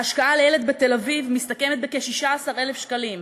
ההשקעה לילד בתל-אביב מסתכמת בכ-16,000 שקלים,